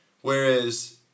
whereas